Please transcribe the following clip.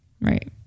Right